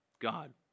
God